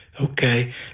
Okay